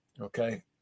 Okay